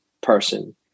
person